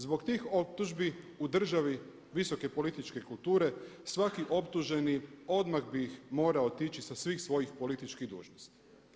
Zbog tih optužbi u državi visoke političke kulture svaki optuženi odmah bi morao otići sa svih svojih političkih dužnosti.